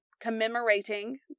commemorating